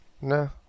No